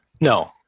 No